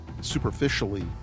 superficially